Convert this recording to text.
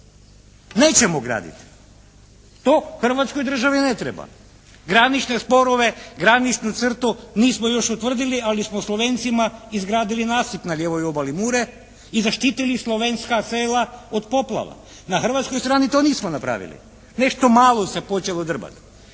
nećemo graditi, to Hrvatskoj državi ne treba. Granične sporove, graničnu crtu nismo još u tvrdili, ali smo Slovencima izgradili nasip na lijevoj obali Mure i zaštitili slovenska sela od poplava. Na hrvatskoj strani to nismo napravili, nešto malo se počelo …